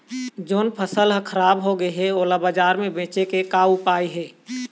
जोन फसल हर खराब हो गे हे, ओला बाजार म बेचे के का ऊपाय हे?